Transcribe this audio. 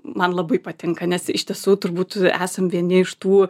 man labai patinka nes iš tiesų turbūt esam vieni iš tų